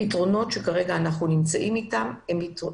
הפתרונות שכרגע אנחנו נמצאים איתם הם מוגבלים.